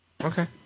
okay